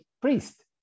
priest